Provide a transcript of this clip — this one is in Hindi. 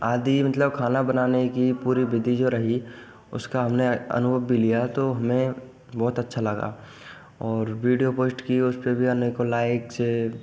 आदि मतलब खाना बनाने की पूरी विधि जो रही उसका हमने अनुभव भी लिया तो हमें बहुत अच्छा लगा और वीडियो पोस्ट की उस पर भी अनेको लाइक्स